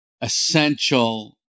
essential